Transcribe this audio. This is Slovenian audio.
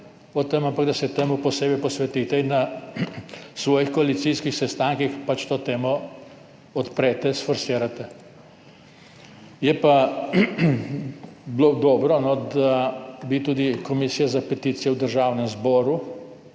ampak da se temu posebej posvetite in na svojih koalicijskih sestankih pač to temo odprete, sforsirate. Dobro bi bilo, da bi tudi komisija za peticije v Državnem zboru,